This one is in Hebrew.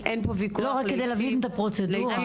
לא, רק בשביל להבין את הפרוצדורה.